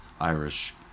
Irish